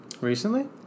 Recently